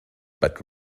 but